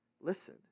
listen